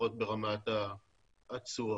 לפחות ברמת התשואות.